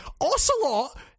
Ocelot